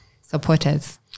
supporters